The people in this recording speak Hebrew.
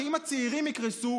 שאם הצעירים יקרסו,